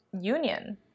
union